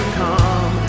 come